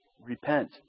repent